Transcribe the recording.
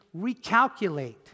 recalculate